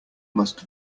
must